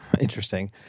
Interesting